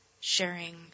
sharing